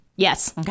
Yes